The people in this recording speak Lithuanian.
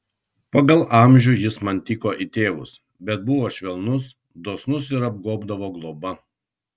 pagal amžių jis man tiko į tėvus bet buvo švelnus dosnus ir apgobdavo globa